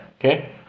Okay